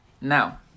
Now